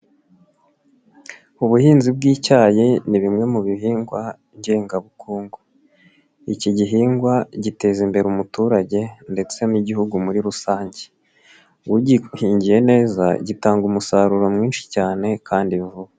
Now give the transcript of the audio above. Ubuhinzi bw'icyayi ni bimwe mu bihingwa ngengabukungu. Iki gihingwa giteza imbere umuturage ndetse n'Igihugu muri rusange. Ugihingiye neza gitanga umusaruro mwinshi cyane kandi vuba.